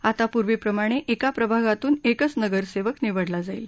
आता पूर्वीप्रमाणे एका प्रभागातून एकच नगरसेवक निवडला जाईल